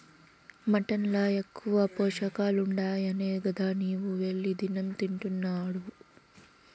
mutton ల ఎక్కువ పోషకాలుండాయనే గదా నీవు వెళ్లి దినం తింటున్డావు